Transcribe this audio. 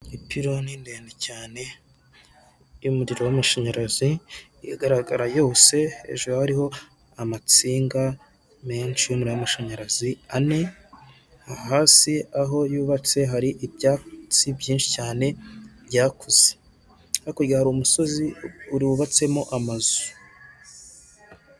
Ipironi ndende cyane y'umuriro w'amashanyarazi, igaragara yose hejuru hariho amasinga menshi y'amashanyarazi ane, hasi aho yubatse hari ibyatsi byinshi cyane byakuze, hakurya hari umusozi wubatseho amazu.